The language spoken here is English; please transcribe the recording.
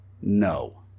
No